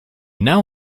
now